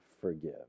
forgive